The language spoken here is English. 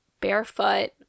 barefoot